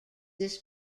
this